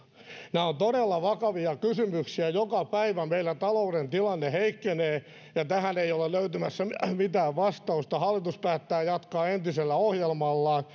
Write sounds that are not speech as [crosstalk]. nämä ovat todella vakavia kysymyksiä joka päivä meillä talouden tilanne heikkenee ja tähän ei ole löytymässä mitään vastausta hallitus päättää jatkaa entisellä ohjelmallaan [unintelligible]